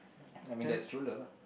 I mean that's true love ah